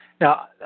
Now